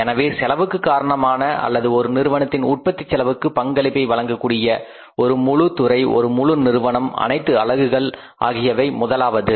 எனவே செலவுக்கு காரணமான அல்லது ஒரு நிறுவனத்தின் உற்பத்திச் செலவுக்கு பங்களிப்பை வழங்கக்கூடிய ஒரு முழு துறை ஒரு முழு நிறுவனம் அனைத்து அலகுகள் ஆகியவை முதலாவது